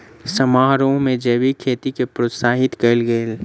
समारोह में जैविक खेती के प्रोत्साहित कयल गेल